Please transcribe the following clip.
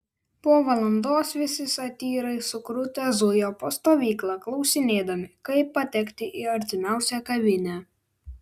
po valandos visi satyrai sukrutę zujo po stovyklą klausinėdami kaip patekti į artimiausią kavinę